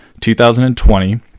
2020